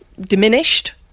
diminished